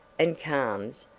and calms,